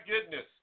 goodness